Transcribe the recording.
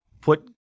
put